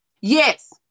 Yes